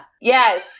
Yes